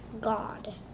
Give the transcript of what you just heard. God